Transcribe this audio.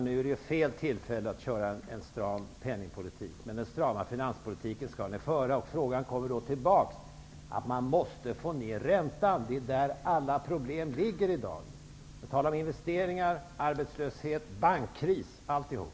Nu är det fel tillfälle att bedriva en stram penningpolitik, men vi skall föra en stram finanspolitik. Och jag återkommer till att man måste få ned räntan. Det är där alla problem finns i dag när det gäller investeringar, arbetslöshet, bankkris och alltihop.